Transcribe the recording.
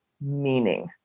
meaning